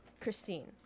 Christine